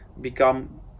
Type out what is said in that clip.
become